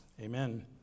Amen